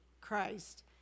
Christ